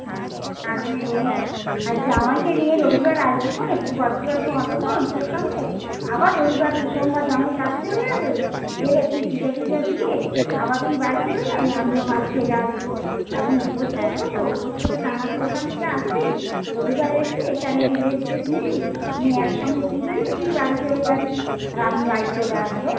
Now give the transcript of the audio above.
হ্যাঁ কারণ রবি আর জামাইকে নিয়ে রবিবার আসবিখনে একটু গল্প টল্প হবেখন তোর সঙ্গে আবার রবিবার ওই সোমবার জামাই কাজে চলে যাবে গেলে তুই পূজা টূজা দিয়ে আবার তুই বাড়ি চলে যাবি আমিও বাড়ি চলে আসবো কারণ উপোস করবো তো উপোস করে টানা তুই ওখান থেকে আসবি রবিবার এসে এখানে একটু রেস্ট টেস নিবি নিয়ে একসঙ্গে পুজো দিয়ে তুই বাড়ি চলে যাবি আর আমি বাড়ি চলে আসবো